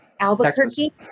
albuquerque